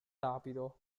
rapido